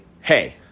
hey